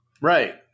Right